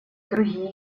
другие